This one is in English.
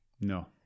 No